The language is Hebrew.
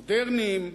מודרניים,